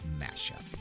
mashup